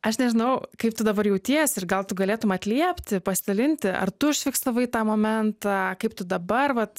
aš nežinau kaip tu dabar jautiesi ir gal tu galėtum atliepti pasidalinti ar tu užfiksavai tą momentą kaip tu dabar vat